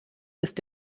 ist